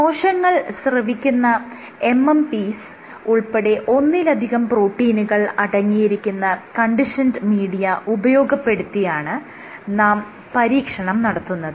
കോശങ്ങൾ സ്രവിക്കുന്ന MMPs ഉൾപ്പെടെ ഒന്നിലധികം പ്രോട്ടീനുകൾ അടങ്ങിയിരിക്കുന്ന കണ്ടീഷൻഡ് മീഡിയ ഉപയോഗപ്പെടുത്തിയാണ് നാം പരീക്ഷണം നടത്തുന്നത്